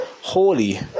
holy